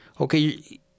okay